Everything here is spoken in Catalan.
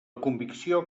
convicció